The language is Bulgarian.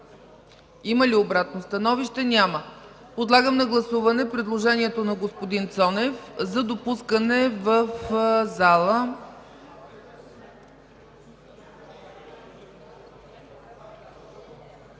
Има ли обратно становище? Няма. Подлагам на гласуване предложението на господин Цонев за допускане в залата.